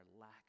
lack